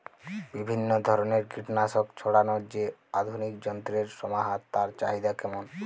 বিভিন্ন ধরনের কীটনাশক ছড়ানোর যে আধুনিক যন্ত্রের সমাহার তার চাহিদা কেমন?